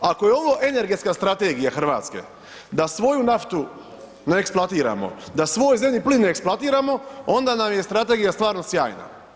Ako je ovo Energetska strategija Hrvatske da svoju naftu ne eksploatiramo, da svoj zemni plin ne eksploatiramo onda nam je strategija stvarno sjajna.